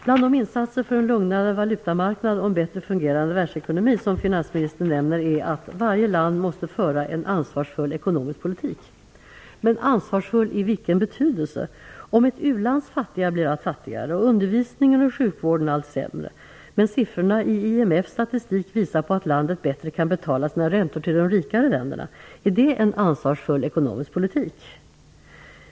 Bland de insatser för en lugnare valutamarknad och en bättre fungerande världsekonomi som finansministern nämner är "att varje land måste föra en ansvarsfull ekonomisk politik". I vilken betydelse är den "ansvarsfull"? Om ett u-lands fattiga blir allt fattigare och undervisningen och sjukvården allt sämre, men siffrorna i IMF:s statistik visar på att landet bättre kan betala sina räntor till de rikare länderna - är det en ansvarsfull ekonomisk politik?